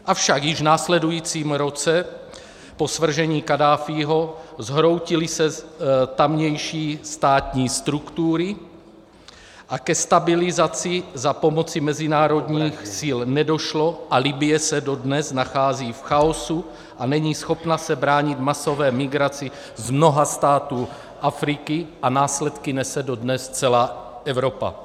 Avšak již v následujícím roce po svržení Kaddáfího se zhroutily tamější státní struktury a ke stabilizaci za pomoci mezinárodních sil nedošlo a Libye se dodnes nachází v chaosu a není schopna se bránit masové migraci z mnoha států Afriky a následky nese dodnes celá Evropa.